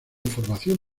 formación